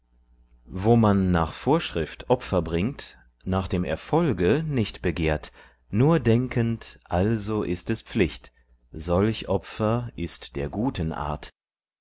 wo man nach vorschrift opfer bringt nach dem erfolge nicht begehrt nur denkend also ist es pflicht solch opfer ist der guten art